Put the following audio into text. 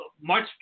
March